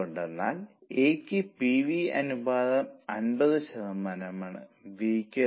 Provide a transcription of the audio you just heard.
50 എന്നതാണ് പുതിയ BEP അത് ഉയരുമോ അതോ വീഴുമോ